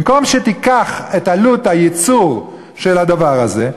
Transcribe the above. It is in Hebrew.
במקום שתיקח את עלות הייצור של הדבר הזה,